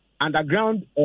underground